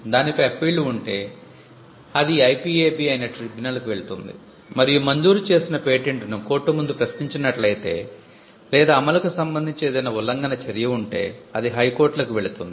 దానిపై అప్పీళ్లు ఉంటే అది IPAB అయిన ట్రిబ్యునల్కు వెళుతుంది మరియు మంజూరు చేసిన పేటెంట్ను కోర్టు ముందు ప్రశ్నించినట్లయితే లేదా అమలుకు సంబంధించి ఏదైనా ఉల్లంఘన చర్య ఉంటే అది హైకోర్టులకు వెళుతుంది